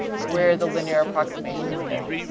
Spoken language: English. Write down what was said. where the linear approximation is good.